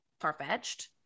far-fetched